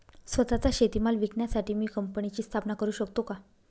स्वत:चा शेतीमाल विकण्यासाठी मी कंपनीची स्थापना करु शकतो का?